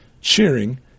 cheering